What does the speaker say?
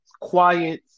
quiet